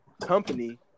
company